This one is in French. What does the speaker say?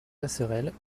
passerelles